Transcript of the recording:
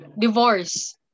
Divorce